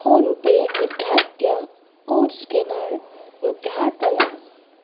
PhonePe उद्घाट्य code scanner उद्घाटय